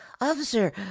Officer